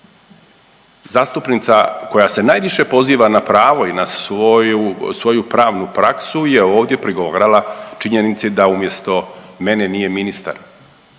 zastupnica koja se najviše poziva na pravo i na svoju pravnu praksu je ovdje prigovarala činjenici da umjesto mene nije ministar.